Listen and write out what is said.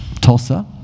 Tulsa